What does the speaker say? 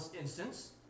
instance